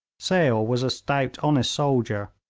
sale was a stout, honest soldier,